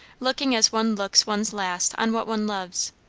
looking as one looks one's last on what one loves.